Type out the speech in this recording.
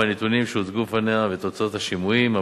את הנתונים שהוצגו בפניה ואת תוצאות השימועים.